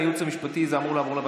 ההצעה הזאת עברה בקריאה הטרומית,